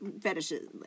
Fetishes